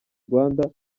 rwanda